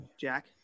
Jack